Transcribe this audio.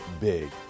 big